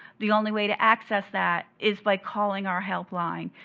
the only way to access that is by calling our helpline.